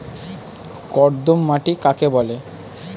কর্দম মাটি কাকে বলে?